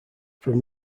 from